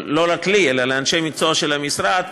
לא רק לי אלא לאנשי מקצוע של המשרד,